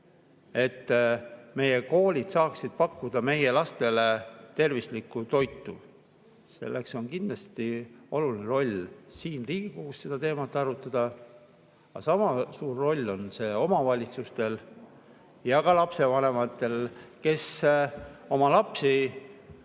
et meie koolid saaksid pakkuda meie lastele tervislikku toitu. Selleks on kindlasti oluline siin Riigikogus seda teemat arutada. Sama suur roll on omavalitsustel ja lapsevanematel, kes oma lapsi